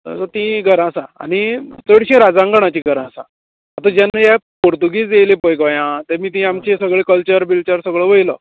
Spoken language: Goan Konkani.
आतां तीं घरां आसा आनी चडशीं राज्यांगणाची घरां आसा आतां जेन्ना ह्या पोर्तुगेज येसें पळय गोंया तेमी तेंच्या आमचो सगळों कल्चर बिल्चर सगळों वयलो